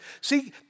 See